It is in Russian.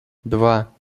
два